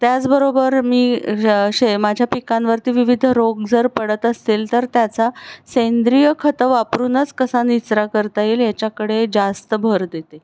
त्याचबरोबर मी शे माझ्या पिकांवरती विविध रोग जर पडत असतील तर त्याचा सेंद्रिय खतं वापरूनच कसा निचरा करता येईल याच्याकडे जास्त भर देते